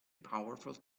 powerful